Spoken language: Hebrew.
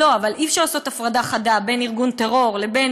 אבל אי-אפשר לעשות הפרדה חדה בין ארגון טרור לבין